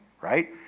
right